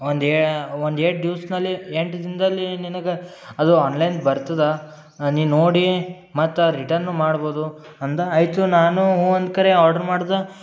ಒಂದು ಏ ಒಂದು ಎಂಟು ದಿವ್ಸ್ದಲ್ಲಿ ಎಂಟು ದಿನದಲ್ಲಿ ನಿನಗೆ ಅದು ಆನ್ಲೈನ್ ಬರ್ತದೆ ನೀ ನೋಡಿ ಮತ್ತೆ ರಿಟನ್ನು ಮಾಡ್ಬೋದು ಅಂದ ಆಯಿತು ನಾನು ಒಂದು ಕಡೆ ಆರ್ಡ್ರು ಮಾಡ್ದೆ